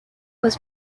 was